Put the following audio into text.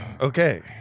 Okay